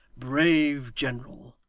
brave general.